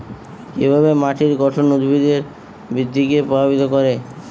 কিভাবে মাটির গঠন উদ্ভিদের বৃদ্ধিকে প্রভাবিত করে?